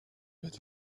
but